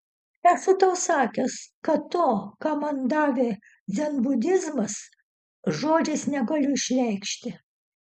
esu tau sakęs kad to ką man davė dzenbudizmas žodžiais negaliu išreikšti